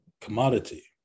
commodity